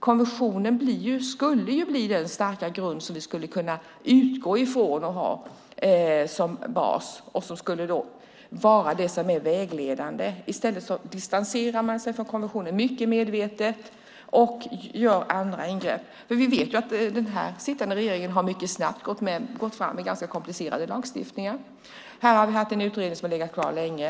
Konventionen skulle bli den starka grund som vi skulle kunna utgå från och ha som bas och vägledande. I stället distanserar man sig från konventionen mycket medvetet och gör andra ingrepp. Vi vet att den sittande regeringen mycket snabbt har gått fram med ganska komplicerade lagstiftningar. Här har vi haft en utredning som har legat klar länge.